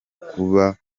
kuba